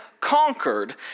Conquered